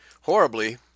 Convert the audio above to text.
horribly